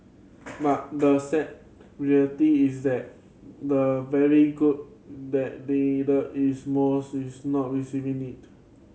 but the sad reality is that the very group that needed its most is not receiving it